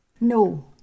No